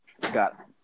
got